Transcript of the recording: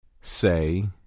Say